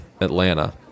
Atlanta